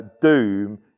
doom